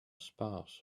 spouse